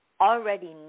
Already